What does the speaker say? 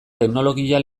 teknologia